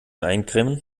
eincremen